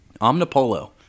Omnipolo